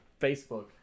Facebook